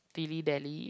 dilly-dally